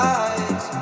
eyes